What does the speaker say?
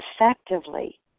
effectively